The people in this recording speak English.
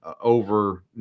over